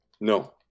No